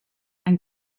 and